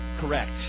correct